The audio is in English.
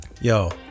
yo